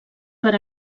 per